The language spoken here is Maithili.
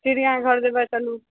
चिड़ियाघर जेबय चलू